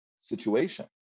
situation